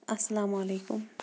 اَسَلامُ علیکُم